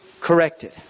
corrected